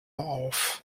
auf